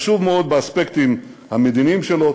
חשוב מאוד באספקטים המדיניים שלו,